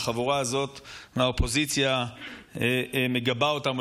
והחבורה הזאת מהאופוזיציה מגבה אותם.